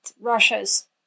Russia's